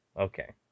okay